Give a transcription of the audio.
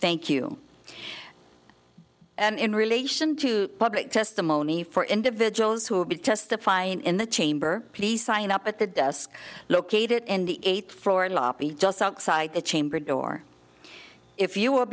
thank you and in relation to public testimony for individuals who will be testifying in the chamber please sign up at the desk located in the eighth floor lobby just outside the chamber door if you will